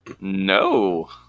No